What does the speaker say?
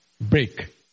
break